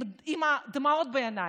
עם דמעות בעיניים.